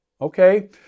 Okay